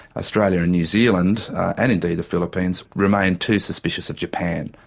australia and new zealand and indeed the philippines remained too suspicious of japan.